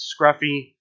Scruffy